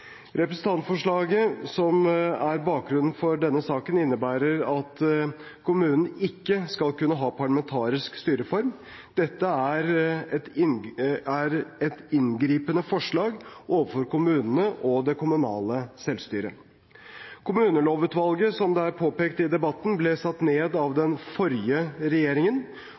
Representantforslaget som er bakgrunnen for denne saken, innebærer at kommunen ikke skal kunne ha parlamentarisk styreform. Dette er et inngripende forslag overfor kommunene og det kommunale selvstyret. Kommunelovutvalget ble, som det er påpekt i debatten, satt ned av